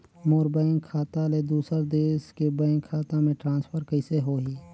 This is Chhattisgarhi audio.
मोर बैंक खाता ले दुसर देश के बैंक खाता मे ट्रांसफर कइसे होही?